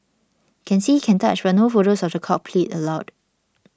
can see can touch but no photos of the cockpit allowed